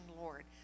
Lord